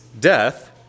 death